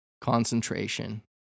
concentration